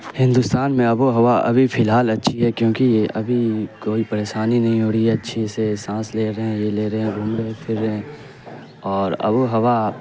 ہندوستان میں آب و ہوا ابھی فی الحال اچھی ہے کیونکہ یہ ابھی کوئی پریشانی نہیں ہو رہی ہے اچھے سے سانس لے رہے ہیں یہ لے رہے ہیں گھوم رہے پھر رہے ہیں اور آب و ہوا